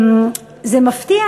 זה מפתיע,